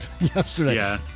yesterday